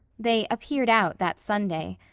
they appeared out that sunday.